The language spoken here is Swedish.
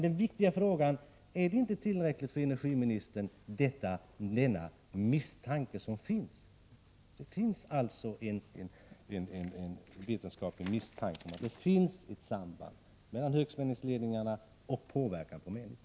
Den viktiga frågan är alltså: Är inte den misstanke som finns om ett samband tillräcklig för energiministern? Det finns alltså en vetenskaplig misstanke om ett samband mellan högspänningsledningarna och påverkan på människor.